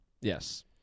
Yes